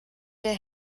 der